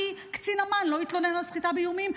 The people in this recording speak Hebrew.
כי קצין אמ"ן לא התלונן על סחיטה באיומים,